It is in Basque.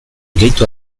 gehitu